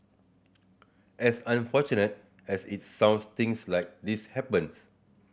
as unfortunate as it sounds things like this happens